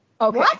Okay